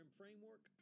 framework